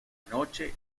noche